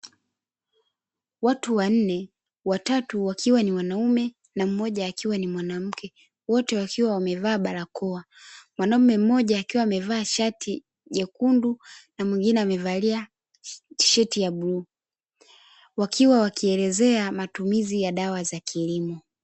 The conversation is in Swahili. Watu wanne watatu wakiwa ni wanaume na mmoja akiwa ni mwanamke wote wakiwa wamevaa barakoa, mwanaume mmoja akiwa amevaa shati jekundu na mwingine amevalia tisheti ya bluu wakiwa wakielezea matumizi ya dawa za kilimo.